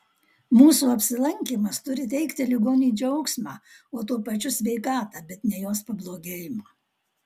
mūsų apsilankymas turi teikti ligoniui džiaugsmą o tuo pačiu sveikatą bet ne jos pablogėjimą